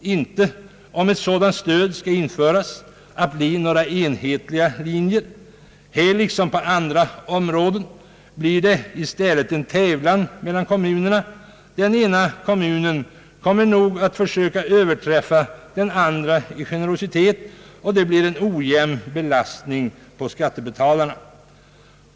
inte, om ett sådant stöd skall införas, att bli några enhetliga linjer. Här liksom på andra områden blir det i stället en tävlan mellan kommunerna. Den ena kommunen kommer nog att försöka överträffa den andra i generositet, och det blir en ojämn belastning på skattebetalarna.